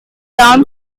down